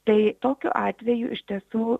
tai tokiu atveju iš tiesų